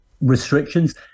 restrictions